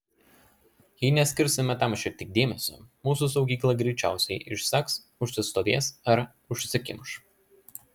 jei neskirsime tam šiek tiek dėmesio mūsų saugykla greičiausiai išseks užsistovės ar užsikimš